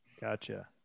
Gotcha